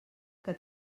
que